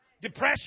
Depression